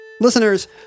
Listeners